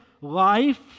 life